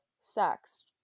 sex